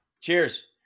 Cheers